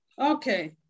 okay